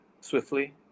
swiftly